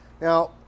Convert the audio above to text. Now